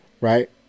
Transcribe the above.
Right